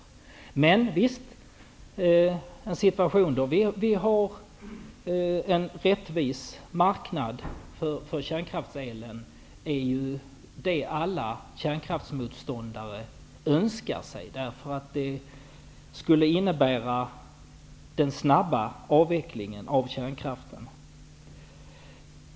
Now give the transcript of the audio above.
Vad alla kärnkraftsmotståndare önskar sig är en situation med en rättvis marknad för kärnkraftselen, eftersom det skulle innebära en snabbare avveckling av kärnkraften.